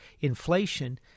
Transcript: inflation